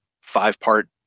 five-part